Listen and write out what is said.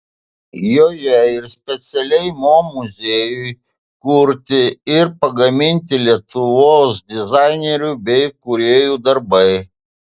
joje ir specialiai mo muziejui kurti ir pagaminti lietuvos dizainerių bei kūrėjų darbai